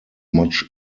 much